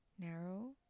narrow